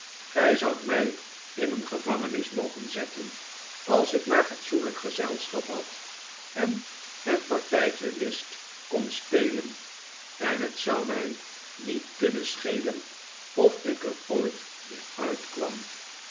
gij zoudt mij in een gevangenis mogen zetten als ik maar fatsoenlijk gezelschap had en een partijtje whist kon spelen en het zou mij niet kunnen schelen of ik er ooit weer uitkwam